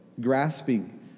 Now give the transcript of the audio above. grasping